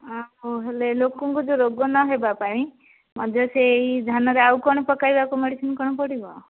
ଆଉ ହେଲେ ଲୋକଙ୍କୁ ଯେଉଁ ରୋଗ ନହବା ପାଇଁ ମଧ୍ୟ ସେଇ ଧାନରେ ଆଉ କ'ଣ ପକାଇବାକୁ ମେଡ଼ିସିନ କ'ଣ ପଡ଼ିବ